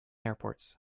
airports